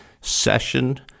session